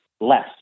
less